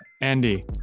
Andy